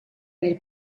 nel